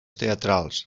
teatrals